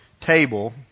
table